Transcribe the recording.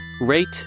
rate